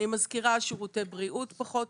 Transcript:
אני מזכירה, שירותי בריאות פחות